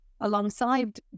alongside